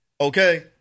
okay